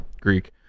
Greek